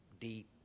deep